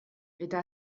eta